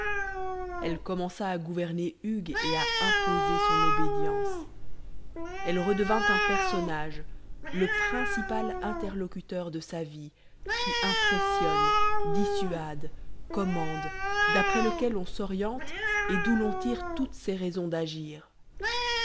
elle commença à gouverner hugues et à imposer son obédience elle redevint un personnage le principal interlocuteur de sa vie qui impressionne dissuade commande d'après lequel on s'oriente et d'où l'on tire toutes ses raisons d'agir